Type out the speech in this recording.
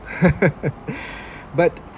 but